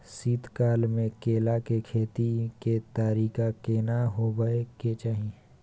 शीत काल म केला के खेती के तरीका केना होबय के चाही?